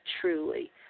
truly